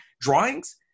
drawings